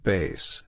Base